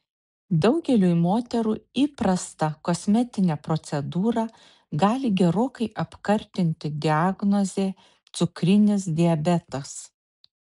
daugeliui moterų įprastą kosmetinę procedūrą gali gerokai apkartinti diagnozė cukrinis diabetas